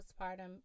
postpartum